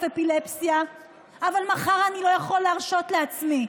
אפילפסיה אבל מחר אני לא יכול להרשות לעצמי,